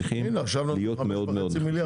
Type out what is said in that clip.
צריכים להיות מאוד מאוד נחושים.